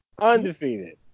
Undefeated